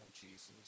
Jesus